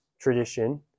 tradition